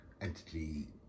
entity